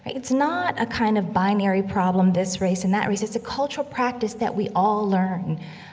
it's not a kind of binary problem, this race, and that race, it's a cultural practice that we all learn,